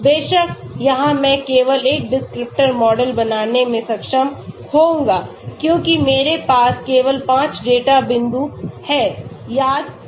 बेशक यहां मैं केवल एक डिस्क्रिप्टर मॉडल बनाने में सक्षम होऊंगा क्योंकि मेरे पास केवल 5 डेटा बिंदु हैं याद रखें